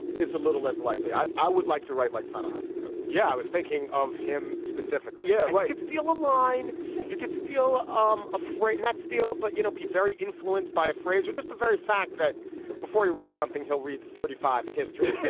it's a little less likely i i would like to write like tallahassee coach yeah i was thinking of him specifically. yeah. like it's still a line yeah you could steal um a freight not steal but you know be very influenced by a phrase you're just the very fact that before he writes something he'll read thirty five history.